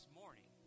morning